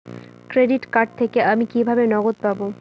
Credit card থেকে আমি কিভাবে নগদ পাব?